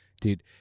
Dude